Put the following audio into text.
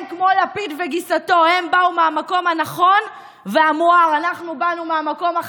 הם, כמו לפיד וגיסתו, הם באו מהמקום הנכון והמואר.